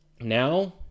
Now